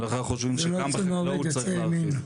ולכן אנחנו חושבים שגם בחקלאות צריך להחיל.